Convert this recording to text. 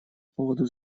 поводу